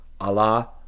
Allah